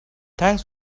thanks